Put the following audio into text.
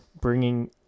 bringing